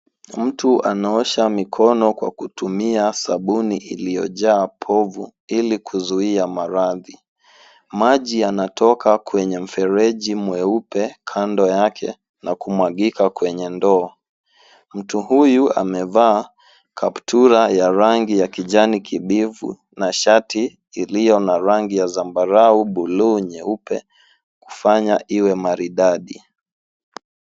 Mtu anaosha mikono kwa kutumia sabuni iliyojaa povu ili kuzuia maradhi. Maji yanatoka kwenye mfereji mweupe kando yake na kumwagika kwenye ndoo. Mtu huyu amevaa kaptura ya rangi ya kijani kijivu na shati iliyo na rangi ya zambarau, bulu nyeupe kufanya iwe maridadi.